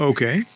Okay